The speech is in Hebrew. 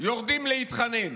יורדים להתחנן.